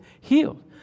healed